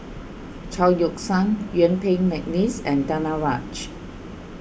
Chao Yoke San Yuen Peng McNeice and Danaraj